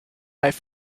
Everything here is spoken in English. might